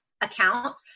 account